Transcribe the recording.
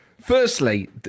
firstly